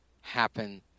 happen